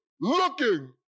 looking